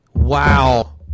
Wow